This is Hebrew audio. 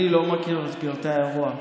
אני לא מכיר את פרטי האירוע,